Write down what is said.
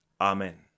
amen